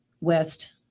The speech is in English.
West